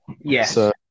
Yes